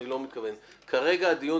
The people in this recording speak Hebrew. כרגע הדיון,